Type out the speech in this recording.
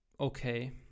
okay